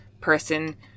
person